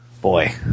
boy